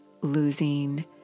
losing